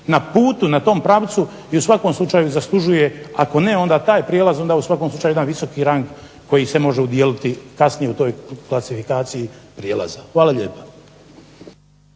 na putu, na tom pravcu i u svakom slučaju zaslužuje ako ne onda taj prijelaz, onda u svakom slučaju jedan visoki rang koji se može udijeliti kasnije u toj klasifikaciji prijelaza. Hvala lijepa.